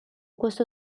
questo